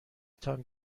تان